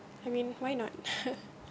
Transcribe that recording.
I mean why not